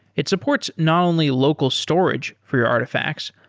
it supports not only local storage for your artifacts,